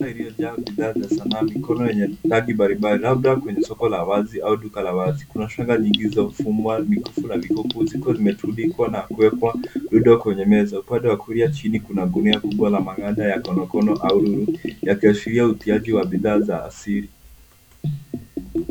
Soko iliyojaa bidhaa za sanaa ya mikono yenye rangi mbalimbali labda kwenye soko la wazi au duka la wazi. Kuna shanga nyingi zilizofumwa mikufu na vikuku zikiwa zimetundikwa na kuwekwa rundo kwenye meza. Upande wa kulia chini kuna gunia kubwa la maganda ya konokono au nuru yakiashiria utiaji wa bidhaa za asili.